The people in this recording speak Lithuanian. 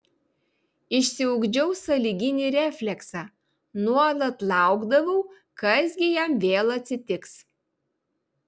išsiugdžiau sąlyginį refleksą nuolat laukdavau kas gi jam vėl atsitiks